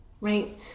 Right